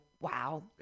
wow